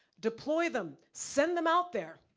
deploy them, send them out there.